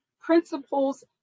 principles